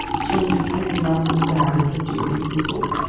changes in the amount of land subdued and peopled,